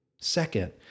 Second